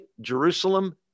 Jerusalem